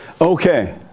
Okay